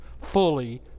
fully